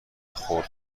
خورد